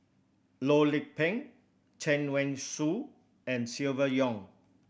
Loh Lik Peng Chen Wen Hsi and Silvia Yong